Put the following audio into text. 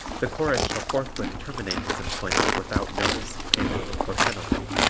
the chorus shall forthwith terminate his employment without notice, payment or penalty.